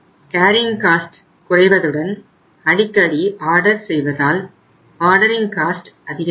carrying cost அதிகரிக்கும்